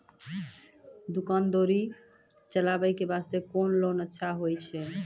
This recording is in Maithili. दुकान दौरी चलाबे के बास्ते कुन लोन अच्छा होय छै?